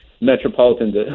Metropolitan